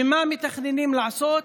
ומה מתכננים לעשות,